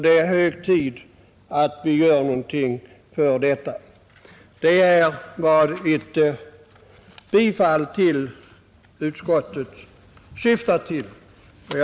Det är hög tid att vi gör något i detta avseende. Detta är vad ett bifall till utskottets hemställan innebär.